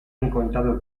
encontrado